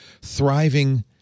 thriving